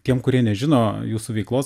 tiem kurie nežino jūsų veiklos